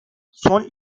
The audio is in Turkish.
son